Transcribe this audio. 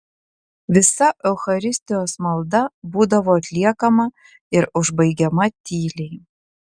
visa eucharistijos malda būdavo atliekama ir užbaigiama tyliai